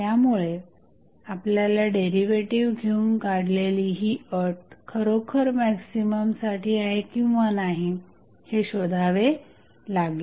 त्यामुळे आपल्याला डेरिव्हेटिव्ह घेऊन काढलेली ही अट खरोखर मॅक्झिममसाठी आहे किंवा नाही हे शोधावे लागेल